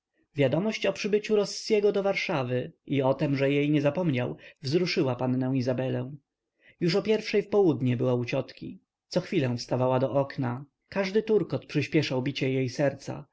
o przybyciu rossiego do warszawy i o tem że jej nie zapomniał wzruszyła pannę izabelę już o pierwszej w południe była u ciotki co chwilę wstawała do okna każdy turkot przyśpieszał bicie jej serca